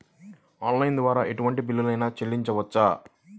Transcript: Online ద్వారా ఎటువంటి bill అయినా చెల్లించవచ్చా?